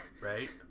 Right